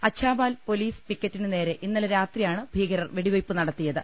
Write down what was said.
Achhabal police പിക്കറ്റിനുനേരെ ഇന്നലെ രാത്രിയാണ് ഭീകരർ വെടിവെയ്പ് നടത്തിയത്